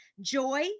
Joy